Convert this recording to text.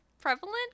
prevalent